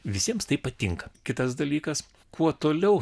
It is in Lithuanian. visiems tai patinka kitas dalykas kuo toliau